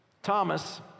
Thomas